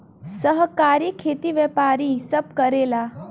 सहकारी खेती व्यापारी सब करेला